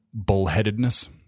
bullheadedness